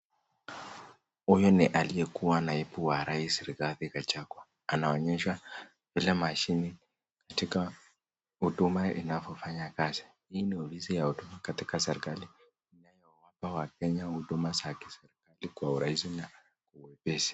Huyu ni aliyekua naibu wa rais, Rigathi gachagua. Anaonyesha vile mashini katika huduma inayyofanya kazi. Hii ni ofisi ya huduma katika serikali. Inapeana wakenya huduma za kisaji kwa urahisi na uepesi.